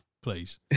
please